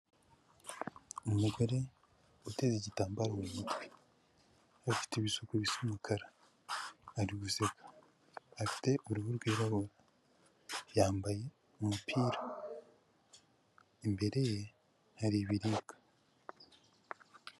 Umugore uteze igitambaro mu mutwe, ufite ibisuko bisa umukara, ari guseka, afite uruhu rwirabura, yambaye umupira, imbere ye hari ibiribwa.